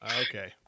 Okay